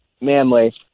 manly